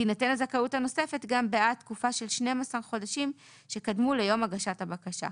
תינתן הזכאות הנוספת גם בעד תקופה של 12 חודשים שקדמו ליום הגשת הבקשה.